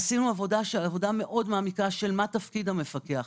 עשינו עבודה מאוד מעמיקה של תפקיד המפקח.